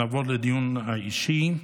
נעבור לדיון האישי.